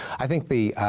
i think the,